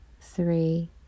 three